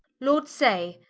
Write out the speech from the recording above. lord say,